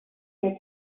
here